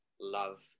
love